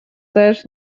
też